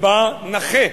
ובא נכה,